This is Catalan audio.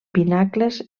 pinacles